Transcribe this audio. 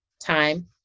time